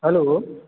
hello